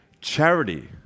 Charity